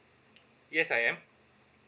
yes I am